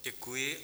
Děkuji.